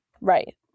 Right